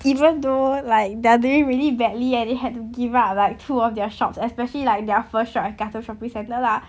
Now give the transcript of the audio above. even though like they are doing really badly and it had to give up like two of their shops especially like their first shop at katong shopping centre lah